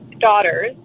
daughters